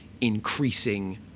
increasing